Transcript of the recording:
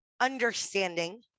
understanding